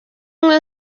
umwe